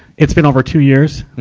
it's been over two years,